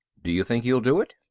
do you think he'll do it?